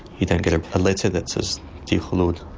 you don't get a letter that says dear khulod.